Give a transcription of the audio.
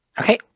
Okay